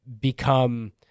become